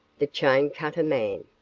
the chain-cutter man.